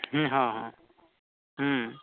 ᱦᱮᱸ ᱦᱮᱸ